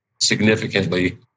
significantly